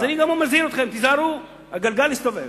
אני גם מזהיר אתכם: תיזהרו, הגלגל מסתובב.